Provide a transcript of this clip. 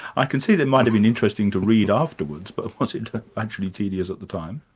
i can see they might have been interesting to read afterwards but was it actually tedious at the time?